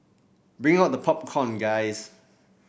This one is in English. bring out the popcorn guys